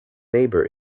neighbor